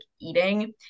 eating